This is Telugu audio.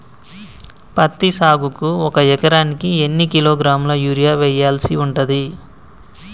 పత్తి సాగుకు ఒక ఎకరానికి ఎన్ని కిలోగ్రాముల యూరియా వెయ్యాల్సి ఉంటది?